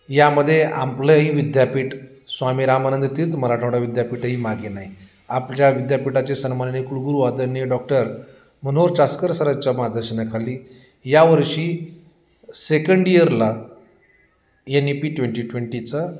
यामध्ये आपलंही विद्यापीठ स्वामी रामानंद तीर्थ मराठवाडा विद्यापीठही मागे नाही आपल्या विद्यापीठाचे सन्माननीय कुलगुरू आदर्णीय डॉक्टर मनोहर चास्कर सरांच्या मार्गदर्शनाखाली यावर्षी सेकंड इयरला एन ई पी ट्वेंटी ट्वेंटीचा